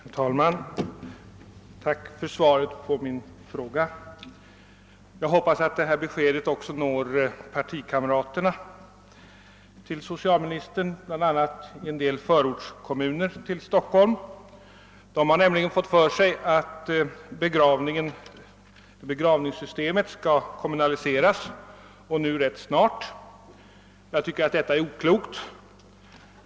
Herr talman! Tack för svaret på min fråga! Jag hoppas att detta besked också når ut till socialministerns partikamrater, bl.a. i en del förortskommuner till Stockholm. Där har man nämligen för sig att begravningssystemet rätt snart skall kommunaliseras. Jag tycker att detta är oklokt.